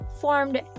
formed